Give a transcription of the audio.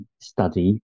study